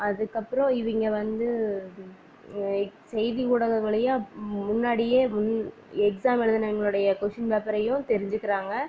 அதுக்கப்புறம் இவங்க வந்து ஏக் செய்தி ஊடகங்களேயும் மு முன்னாடியே எக்ஸாம் எழுதினவிங்களோடைய கொஷின் பேப்பரையும் தெரிஞ்சுக்கிறாங்க